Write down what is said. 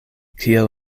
kiel